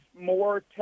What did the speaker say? more